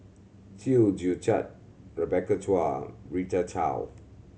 Chew Joo Chiat Rebecca Chua Rita Chao